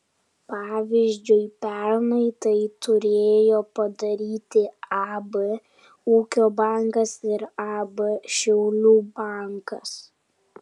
pavyzdžiui pernai tai turėjo padaryti ab ūkio bankas ir ab šiaulių bankas